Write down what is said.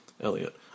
Elliot